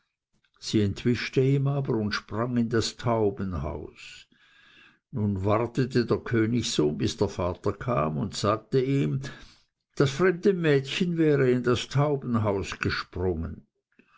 sie entwischte ihm aber und sprang in das taubenhaus nun wartete der königssohn bis der vater kam und sagte ihm das fremde mädchen wär in das taubenhaus gesprungen